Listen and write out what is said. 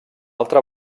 altra